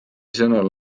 sõnul